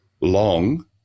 long